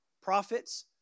prophets